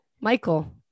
Michael